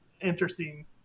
interesting